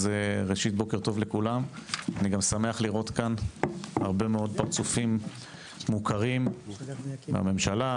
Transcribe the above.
אני גם שמח לראות כאן הרבה מאוד פרצופים מוכרים מהממשלה,